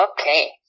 Okay